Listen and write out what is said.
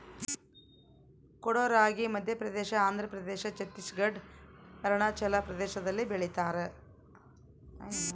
ಕೊಡೋ ರಾಗಿ ಮಧ್ಯಪ್ರದೇಶ ಆಂಧ್ರಪ್ರದೇಶ ಛತ್ತೀಸ್ ಘಡ್ ಅರುಣಾಚಲ ಪ್ರದೇಶದಲ್ಲಿ ಬೆಳಿತಾರ